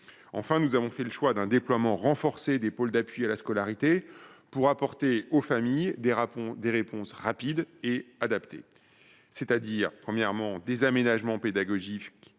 Enfin, nous avons fait le choix d’un déploiement renforcé des pôles d’appui à la scolarité pour apporter aux familles des réponses rapides et adaptées : premièrement, des aménagements pédagogiques